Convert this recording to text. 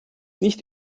nicht